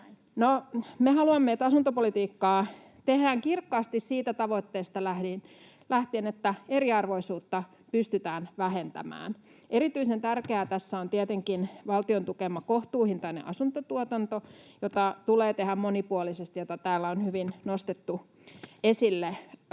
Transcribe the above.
Me haluamme, että asuntopolitiikkaa tehdään kirkkaasti siitä tavoitteesta lähtien, että eriarvoisuutta pystytään vähentämään. Erityisen tärkeää tässä on tietenkin valtion tukema kohtuuhintainen asuntotuotanto, jota tulee tehdä monipuolisesti, mitä täällä on hyvin nostettu esille.